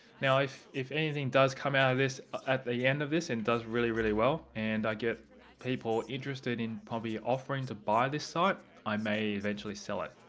now if if anything does come out of this at the end of this and does really, really well and i get people interested in probably offering to buy this site, i may eventually sell it.